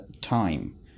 time